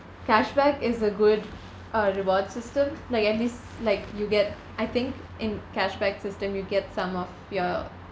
cashback is a good uh reward system like at least like you get I think in cashback system you get some of your